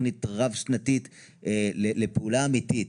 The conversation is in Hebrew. תוכנית רב שנתית לפעולה אמיתית.